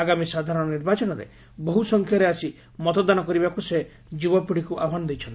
ଆଗାମୀ ସାଧାରଣ ନିର୍ବାଚନରେ ବହୁ ସଂଖ୍ୟାରେ ଆସି ମତଦାନ କରିବାକୁ ସେ ଯୁବ ପିଢ଼ିକୁ ଆହ୍ୱାନ ଦେଇଛନ୍ତି